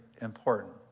important